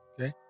Okay